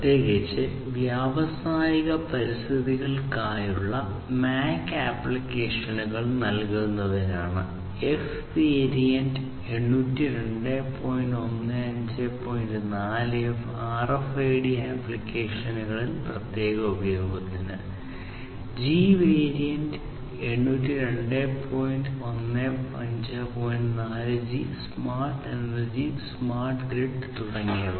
E variant തുടങ്ങിയവ